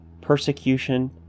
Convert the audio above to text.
persecution